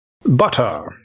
Butter